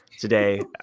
today